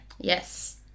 Yes